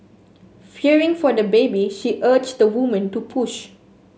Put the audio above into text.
fearing for the baby she urged the woman to push